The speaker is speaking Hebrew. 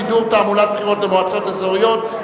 שידור תעמולת בחירות למועצות האזוריות).